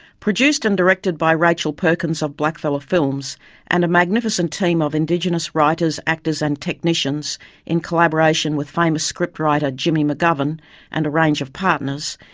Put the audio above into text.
produced and directed by rachel perkins of blackfella films and a magnificent team of indigenous writers, actors and technicians in collaboration with famous scriptwriter jimmy mcgovern and a range of partners,